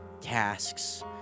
tasks